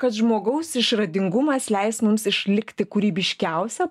kad žmogaus išradingumas leis mums išlikti kūrybiškiausia